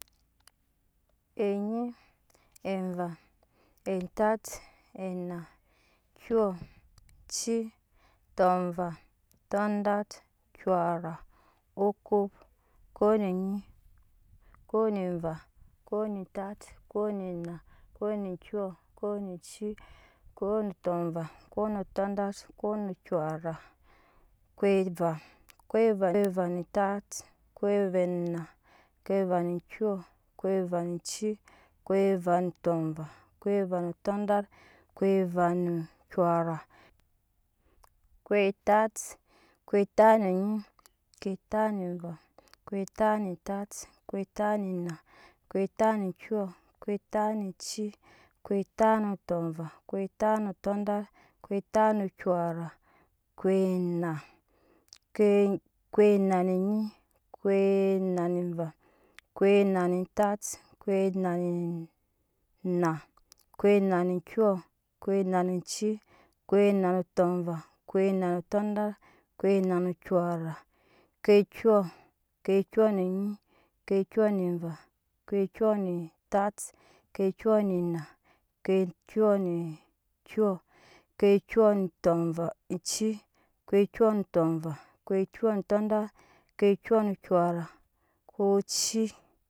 Enyi evaa etat enaa kyɔ cii tova todat kyɔra okop kopne nyi kopeva kop netat kop ne naa kpo ne kyo kop no cii kop no tɔva kop no todat kop no kyore koiva koiva ne va ne tat koivane na koiva ne kyo koiva no cii koiva no tova koiva no todat koiva no kyɔra kaiva kaiva ne va ne tat koivane na koive ne kyo koiva no ci koiva no tɔva koiva no tɔdal koiva no kyɔra koitant kotat ne nyi koitat neva kotatne tat koitat nenaa koitat nekyɔ koitatnoci koitatnotɔ va koitanotɔdat koitatnokyɔra koina koinano nyi koinaneva koina koinana nyi koinaneva koina ne tat koina ne kyɔ koinaoci koina no tɔva koinanotɔdat koinanokyɔra koikyɔ koikyɔne nyi koikyɔ ne va koikyɔnotat koikƴne na koithyɔnekyɔ koikyɔ no tove eci koikyone tova koikyɔnotodat koikyonokyɔra koice.